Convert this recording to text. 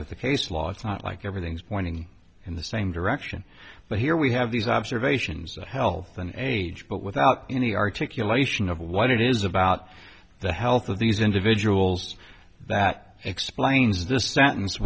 with the case law it's not like everything's pointing in the same direction but here we have these observations help than age but without any articulation of what it is about the health of these individuals that explains this sentence